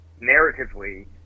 narratively